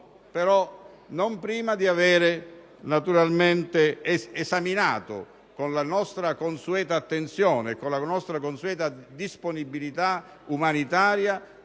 non prima però di aver esaminato con la nostra consueta attenzione e disponibilità umanitaria